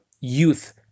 youth